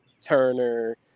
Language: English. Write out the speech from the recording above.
Turner